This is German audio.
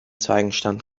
zeugenstand